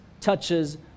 touches